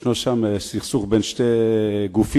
יש שם סכסוך בין שני גופים,